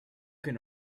can